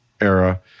era